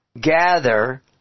gather